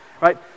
Right